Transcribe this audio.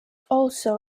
also